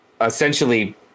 essentially